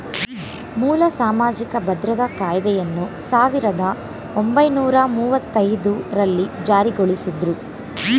ಮೂಲ ಸಾಮಾಜಿಕ ಭದ್ರತಾ ಕಾಯ್ದೆಯನ್ನ ಸಾವಿರದ ಒಂಬೈನೂರ ಮುವ್ವತ್ತಐದು ರಲ್ಲಿ ಜಾರಿಗೊಳಿಸಿದ್ರು